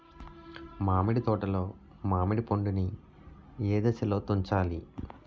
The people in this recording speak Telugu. మామిడి తోటలో మామిడి పండు నీ ఏదశలో తుంచాలి?